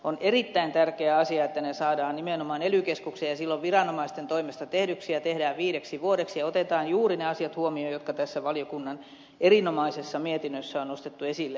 on erittäin tärkeä asia että ne saadaan nimenomaan ely keskukseen ja silloin viranomaisten toimesta tehdyksi ja ne tehdään viideksi vuodeksi ja otetaan juuri ne asiat huomioon jotka valiokunnan erinomaisessa mietinnössä on nostettu esille